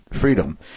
freedom